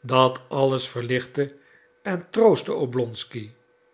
dat alles verlichtte en troostte oblonsky